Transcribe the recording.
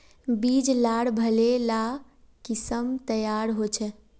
बीज लार भले ला किसम तैयार होछे